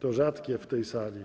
to rzadkie na tej sali.